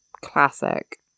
classic